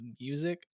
music